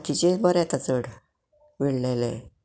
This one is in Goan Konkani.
हातीचेर बरें येता चड विणलेले